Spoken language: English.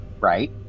Right